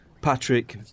Patrick